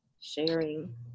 sharing